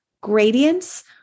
gradients